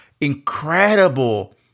incredible